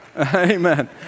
Amen